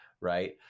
Right